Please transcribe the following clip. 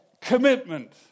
commitment